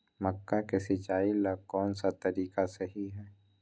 मक्का के सिचाई ला कौन सा तरीका सही है?